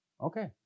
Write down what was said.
Okay